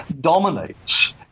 dominates